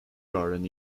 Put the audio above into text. garden